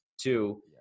Two